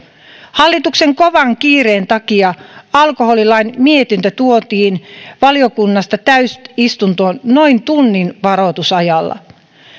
hallituksen kovan kiireen takia alkoholilain mietintö tuotiin valiokunnasta täysistuntoon noin tunnin varoitusajalla